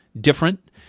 different